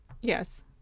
Yes